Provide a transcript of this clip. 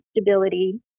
stability